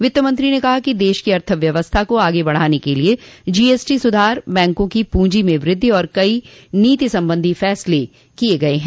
वित्तमंत्री ने कहा कि देश की अर्थव्यवस्था को आगे बढ़ाने के लिए जीएसटी सुधार बैंकों की पूंजी में वृद्धि और कई नीति संबंधी फसले किये गये हैं